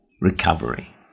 recovery